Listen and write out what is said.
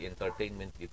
entertainment